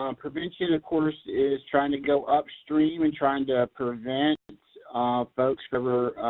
um prevention, of course, is trying to go upstream and trying to prevent folks from